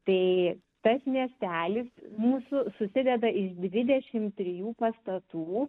tai tas miestelis mūsų susideda iš dvidešim trijų pastatų